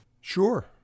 Sure